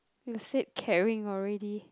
you said caring already